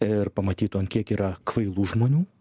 ir pamatytų ant kiek yra kvailų žmonių